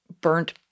burnt